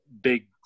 big